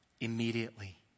immediately